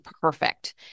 perfect